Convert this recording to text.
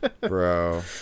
Bro